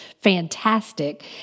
fantastic